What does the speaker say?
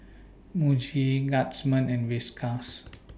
Muji Guardsman and Whiskas